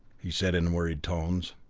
he said in worried tones.